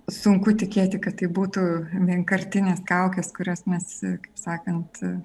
sunku tikėti kad tai būtų vienkartinės kaukės kurias mes kaip sakant